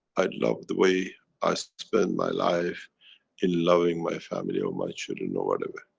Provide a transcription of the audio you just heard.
i love the way i spend my life in loving my family or my children or whatever?